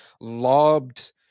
lobbed